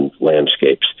landscapes